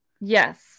Yes